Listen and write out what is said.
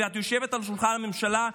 ואת יושבת על שולחן הממשלה,